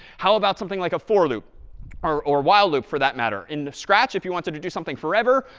how about something like a for loop or or while loop, for that matter? in scratch, if you wanted to do something forever,